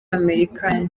amerika